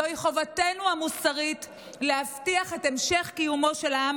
זוהי חובתנו המוסרית להבטיח את המשך קיומו של העם